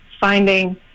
finding